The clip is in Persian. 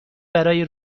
برای